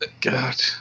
God